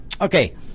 Okay